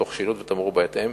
תוך שילוט ותמרור בהתאם.